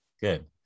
Good